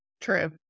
true